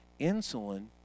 insulin